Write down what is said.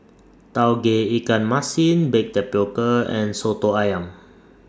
Tauge Ikan Masin Baked Tapioca and Soto Ayam